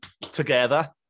together